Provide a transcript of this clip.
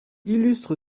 illustre